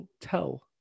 tell